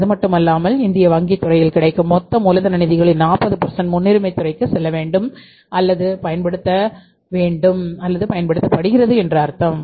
அதுமட்டுமல்லாமல் இந்திய வங்கித் துறையில் கிடைக்கும் மொத்த மூலதன நிதிகளில் 40 முன்னுரிமைத் துறைக்குச் செல்ல வேண்டும் அல்லது பயன்படுத்தப்படுகின்றது என்று அர்த்தம்